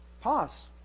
pause